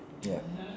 ya